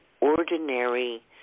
ordinary